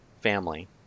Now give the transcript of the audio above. family